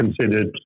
considered